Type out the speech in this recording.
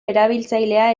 erabiltzailea